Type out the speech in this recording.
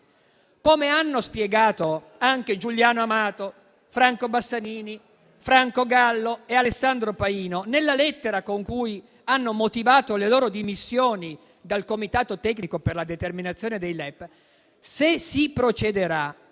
Come hanno spiegato anche Giuliano Amato, Franco Bassanini, Franco Gallo e Alessandro Paino nella lettera con cui hanno motivato le loro dimissioni dal comitato per la determinazione dei LEP, se si procederà